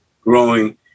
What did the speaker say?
growing